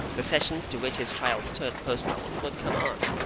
the sessions to which his trial stood postponed would come on.